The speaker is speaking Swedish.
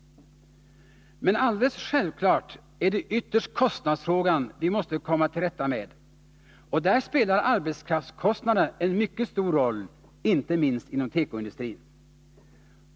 Men alldeles till rätta med, och där spelar arbetskraftskostnaderna en mycket stor roll. jälvklart är det ändå ytterst kostnadsfrågan vi måste komma inte minst inom tekoindustrin.